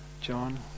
John